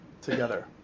together